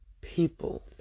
people